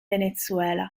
venezuela